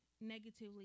negatively